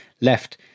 left